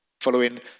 following